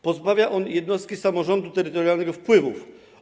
Pozbawia on jednostki samorządu terytorialnego wpływów.